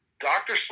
Doctor